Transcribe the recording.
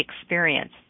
experience